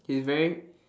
he's very